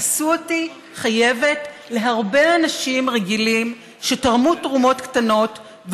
עשו אותי חייבת להרבה אנשים רגילים שתרמו תרומות קטנות,